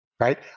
Right